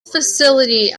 facility